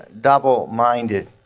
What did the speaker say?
double-minded